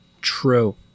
True